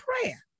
prayer